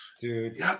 dude